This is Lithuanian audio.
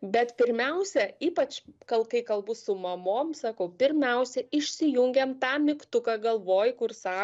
bet pirmiausia ypač kal kai kalbu su mamom sakau pirmiausiai išsijungiam tą mygtuką galvoj kur sa